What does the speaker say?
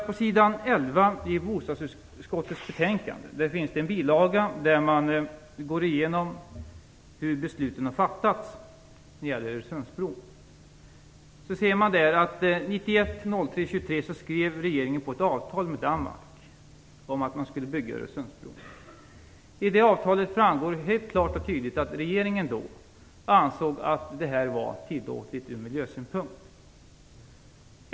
På s. 11 i bostadsutskottets betänkande finns det en bilaga där utskottet går igenom hur besluten har fattats när det gäller Öresundsbron. Den 23 mars 1991 skrev regeringen på ett avtal med Danmark om att bygga Öresundsbron. I det avtalet framgår klart och tydligt att regeringen då ansåg att projektet var tillåtligt ur miljösynpunkt.